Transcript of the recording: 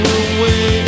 away